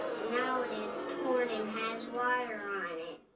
now it is torn and has water on it.